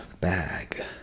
bag